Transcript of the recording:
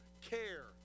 care